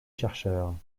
chercheurs